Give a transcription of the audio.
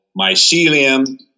mycelium